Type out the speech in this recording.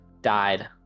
died